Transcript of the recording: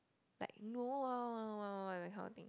like no ah !wah! !wah! !wah! that kind of thing